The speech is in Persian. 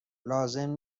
لازم